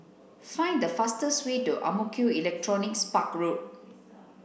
find the fastest way to Ang Mo Kio Electronics Park Road